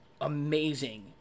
amazing